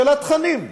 של התכנים: